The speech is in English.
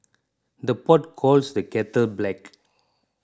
the pot calls the kettle black